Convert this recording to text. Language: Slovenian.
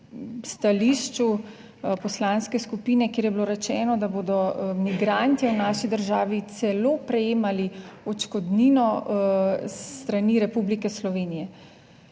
stališču poslanske skupine, kjer je bilo rečeno, da bodo migrantje v naši državi celo prejemali odškodnino s strani Republike Slovenije.